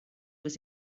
was